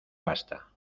basta